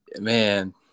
Man